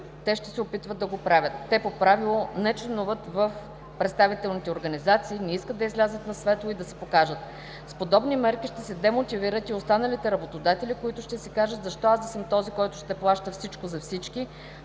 те ще се опитват да го правят. Те по правило не членуват в представителни организации, не искат да излязат на светло и да се покажат. С подобни мерки ще се демотивират и останалите работодатели, които ще си кажат: „Защо аз да съм този, който ще плаща всичко за всички,